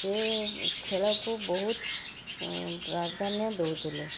ସେ ଖେଳକୁ ବହୁତ୍ ପ୍ରାଧାନ୍ୟ ଦଉଥିଲେ